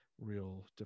real